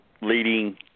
leading